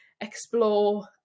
explore